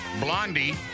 blondie